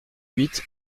huit